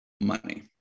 money